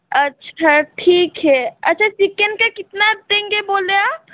अच्छा ठीक है अच्छा चिकेन का कितना देंगे बोलें आप